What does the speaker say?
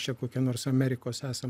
čia kokie nors amerikos esam